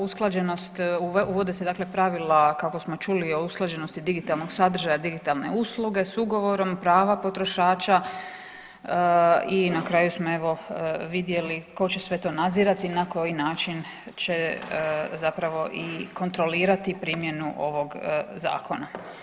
Usklađenost, uvode se dakle pravila kako smo čuli o usklađenosti digitalnog sadržaja, digitalne usluge s ugovorom, prava potrošača i na kraju smo evo vidjeli tko će sve to nadzirati, na koji način će zapravo i kontrolirati primjenu ovog Zakona.